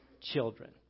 children